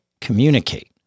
communicate